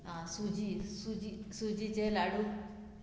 आ सुजी सुजी सुजीचे लाडू